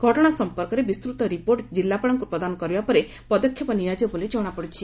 ଘଟଶା ସମ୍ମର୍କରେ ବିସ୍ତୃତ ରିପୋର୍ଟ ଜିଲ୍ଲାପାଳଙ୍କୁ ପ୍ରଦାନ କରିବା ପରେ ପଦକ୍ଷେପ ନିଆଯିବ ବୋଲି ଜଣାପଡ଼ିଛି